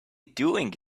doing